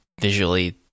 visually